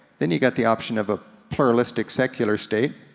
then you got the option of a pluralistic, secular state,